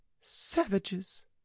savages